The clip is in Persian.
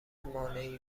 مانعی